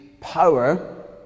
power